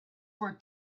were